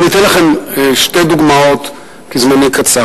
אני אתן לכם שתי דוגמאות, כי זמני קצר.